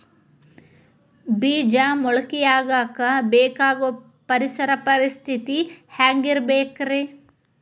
ಬೇಜ ಮೊಳಕೆಯಾಗಕ ಬೇಕಾಗೋ ಪರಿಸರ ಪರಿಸ್ಥಿತಿ ಹ್ಯಾಂಗಿರಬೇಕರೇ?